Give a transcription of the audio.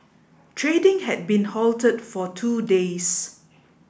trading had been halted for two days